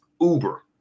uber